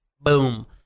Boom